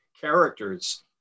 characters